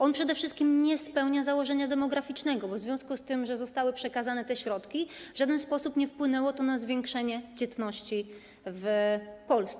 On przede wszystkim nie spełnia założenia demograficznego, bo to, że zostały przekazane te środki, w żaden sposób nie wpłynęło na zwiększenie dzietności w Polsce.